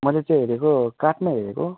मैले चाहिँ हेरेको काठमा हेरेको